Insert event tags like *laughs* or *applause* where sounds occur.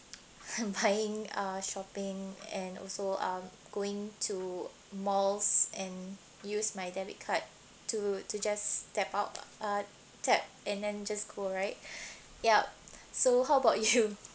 um buying uh shopping and also um going to malls and use my debit card to to just step out uh tap and then just go right yup so how *laughs* about you